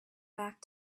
back